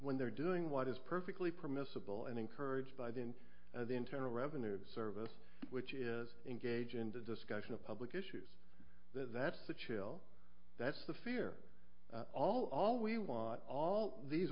when they're doing what is perfectly permissible and encouraged by the in the internal revenue service which is engage in discussion of public issues that's the chill that's the fear all we want all these